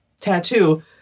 tattoo